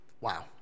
Wow